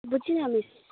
बुझिनँ मिस